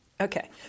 Okay